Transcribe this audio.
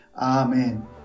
Amen